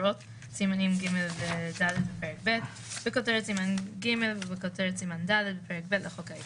טוב, תראו, הדבר כמובן לא קשור נקודתית לחוק הזה.